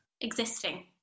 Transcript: existing